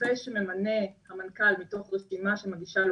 רופא שממנה המנכ"ל מתוך רשימה שמגישה לו